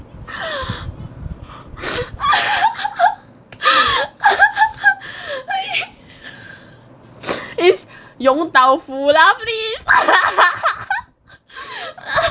is yong tau foo lah please